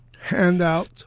handout